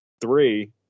three